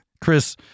Chris